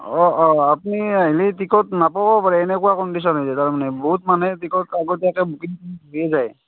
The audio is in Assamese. অঁ অঁ আপুনি আহিলে টিকেট নাপাবও পাৰে এনেকুৱা কনডিশ্যন হৈ যায় তাৰমানে বহুত মানুহে টিকট আগতীয়াকৈ বুকিং কৰি লৈয়ে যায়